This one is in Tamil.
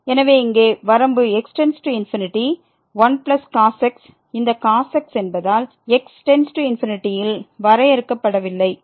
எனவே இங்கே வரம்பு x→∞ 1cos x இந்த cos x என்பதால் x→∞ ல் வரையறுக்கப்படவில்லை